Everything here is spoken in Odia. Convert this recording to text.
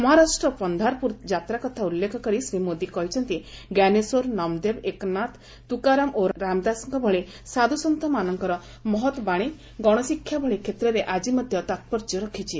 ମହାରାଷ୍ଟ୍ର ପନ୍ଧାରପୁର ଯାତ୍ରାକଥା ଉଲ୍ଲେଖ କରି ଶ୍ରୀ ମୋଦି କହିଛନ୍ତି ଞ୍ଜାନେଶ୍ୱର ନମ୍ଦେବ ଏକନାଥ ତୁକାରାମ ଓ ରାମଦାସଙ୍କ ଭଳି ସାଧୁସନ୍ଥମାନଙ୍କର ମହତ ବାଣୀ ଗଣଶିକ୍ଷା ଭଳି କ୍ଷେତ୍ରରେ ଆଜି ମଧ୍ୟ ତାପୂର୍ଯ୍ୟ ରଖିଛି